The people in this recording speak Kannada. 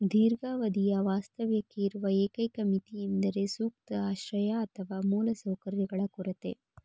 ದೀರ್ಘಾವಧಿಯ ವಾಸ್ತವ್ಯಕ್ಕೆ ಇರುವ ಏಕೈಕ ಮಿತಿ ಎಂದರೆ ಸೂಕ್ತ ಆಶ್ರಯ ಅಥವಾ ಮೂಲ ಸೌಕರ್ಯಗಳ ಕೊರತೆ